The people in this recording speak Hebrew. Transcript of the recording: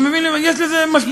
אתה מבין, יש לזה משמעויות.